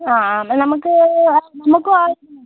ആ ആ എന്നാൽ നമുക്ക് നമുക്കും ആ